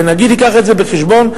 שהנגיד ייקח את זה בחשבון,